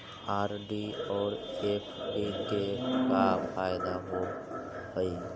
RD और FD के का फायदा होव हई?